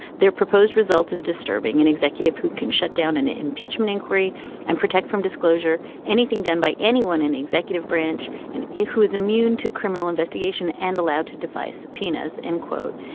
their proposed result is disturbing an and executive who can shut down and an impeachment inquiry and protect from disclosure anything done by anyone in the executive branch and who is immune to criminal investigation and allowed to defy subpoenas. end quote.